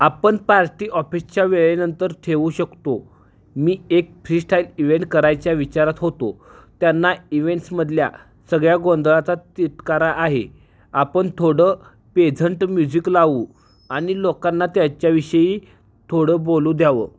आपण पार्टी ऑफिसच्या वेळेनंतर ठेवू शकतो मी एक फ्रीस्टाईल इवेंट करायच्या विचारात होतो त्यांना इवेंट्समधल्या सगळ्या गोंधळाचा तिटकारा आहे आपण थोडं पेझंट म्युझिक लावू आणि लोकांना त्याच्याविषयी थोडं बोलू द्यावं